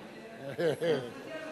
אני אגיע למקומות האחרים.